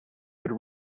would